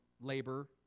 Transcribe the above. labor